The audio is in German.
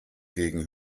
gegen